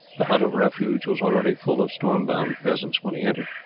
the hut of refuge was already full of stormbound peasants when he entered.